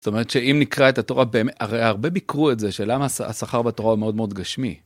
זאת אומרת שאם נקרא את התורה באמת, הרי הרבה ביקרו את זה שלמה השכר בתורה הוא מאוד מאוד גשמי.